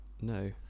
No